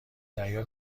دریا